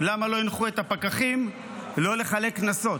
למה לא הנחו את הפקחים לא לחלק קנסות?